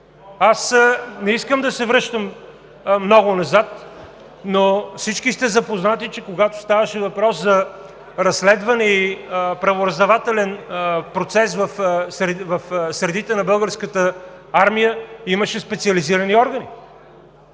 Не искам да се връщам много назад, но всички сте запознати, че когато ставаше въпрос за разследване и правораздавателен процес в средите на Българската армия, имаше специализирани органи.